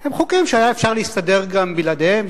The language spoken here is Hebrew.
הם חוקים שהיה אפשר להסתדר גם בלעדיהם,